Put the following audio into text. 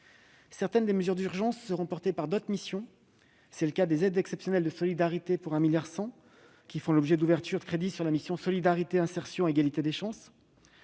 Certaines mesures d'urgence sont inscrites dans d'autres missions. C'est le cas des aides exceptionnelles de solidarité, pour 1,1 milliard d'euros, qui font l'objet d'ouvertures de crédits au titre de la mission « Solidarité, insertion et égalité des chances